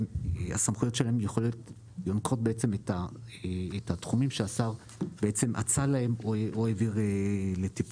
לסמכויות שלהם יש יכולת לנקוט את התחומים שהשר אצל להם או הביא לתיקונם.